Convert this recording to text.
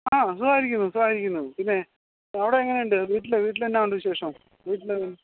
ആ സുഖമായിരിക്കുന്നു സുഖമായിരിക്കുന്നു പിന്നെ അവിടെ എങ്ങനെയുണ്ട് വീട്ടിൽ വീട്ടിലെന്നാ ഉണ്ട് വിശേഷം വീട്ടിൽ